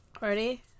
ready